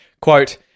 Quote